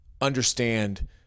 understand